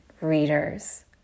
readers